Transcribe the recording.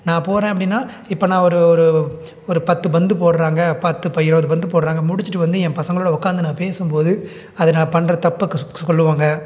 நான் போகிறேன் அப்படின்னா இப்போ நான் ஒரு ஒரு ஒரு பத்து பந்து போடுறாங்க பத்து இப்போ இருபது பந்து போடுறாங்க முடிச்சுட்டு வந்து என் பசங்களோடு உட்க்காந்து நான் பேசும்போது அதை நான் பண்ணுற தப்பை சொல்லுவாங்க